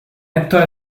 estos